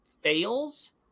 fails